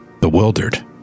bewildered